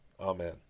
Amen